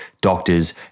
doctors